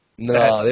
No